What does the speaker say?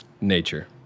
Nature